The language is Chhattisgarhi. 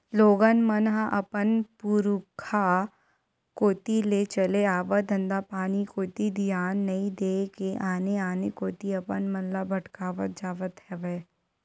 लोगन मन ह अपन पुरुखा कोती ले चले आवत धंधापानी कोती धियान नइ देय के आने आने कोती अपन मन ल भटकावत जावत हवय